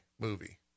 movie